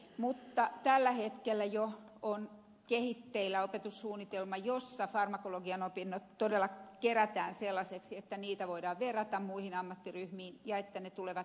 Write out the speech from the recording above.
mutta tällä hetkellä on jo kehitteillä opetussuunnitelma jossa farmakologian opinnot todella kerätään sellaisiksi että niitä voidaan verrata muihin ammattiryhmiin ja että ne tulevat näkyviksi